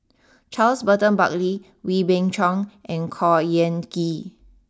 Charles Burton Buckley Wee Beng Chong and Khor Ean Ghee